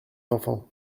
l’enfant